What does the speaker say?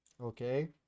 Okay